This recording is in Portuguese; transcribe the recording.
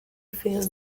fez